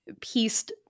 pieced